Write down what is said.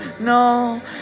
no